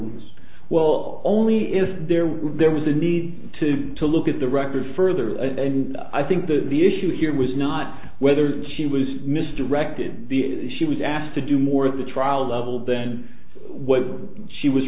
rules well only if there was there was a need to to look at the record further and i think that the issue here was not whether she was misdirected she was asked to do more at the trial level then what she was